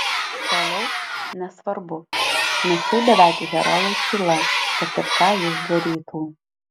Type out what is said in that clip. toliau nesvarbu nes tai beveik herojaus tyla kad ir ką jis darytų